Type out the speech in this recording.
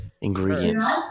Ingredients